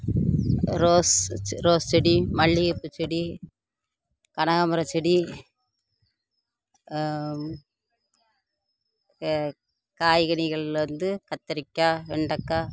rose rose செடி மல்லிகைப்பூ செடி கனகாமரம் செடி காய்கறிகளில் வந்து கத்தரிக்காய் வெண்டக்காய்